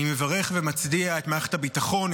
אני מברך ומצדיע למערכת הביטחון,